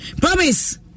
Promise